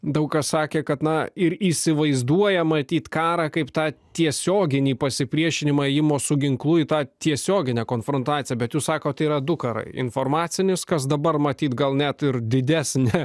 daug kas sakė kad na ir įsivaizduoja matyt karą kaip tą tiesioginį pasipriešinimą ėjimo su ginklu į tą tiesioginę konfrontaciją bet jūs sakot yra du karai informacinis kas dabar matyt gal net ir didesnę